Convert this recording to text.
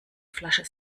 flasche